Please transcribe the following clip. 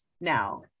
now